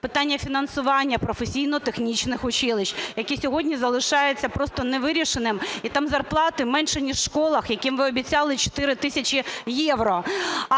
питання фінансування професійно-технічних училищ, яке сьогодні залишається просто невирішеним. І там зарплати менші, ніж у школах, яким ви обіцяли 4 тисячі євро.